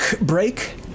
break